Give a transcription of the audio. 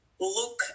look